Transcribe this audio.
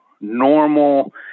normal